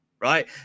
Right